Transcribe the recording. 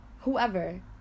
whoever